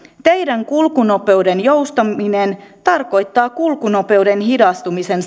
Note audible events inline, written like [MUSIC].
teidän kulkunopeuden joustaminen tarkoittaa kulkunopeuden hidastumisen [UNINTELLIGIBLE]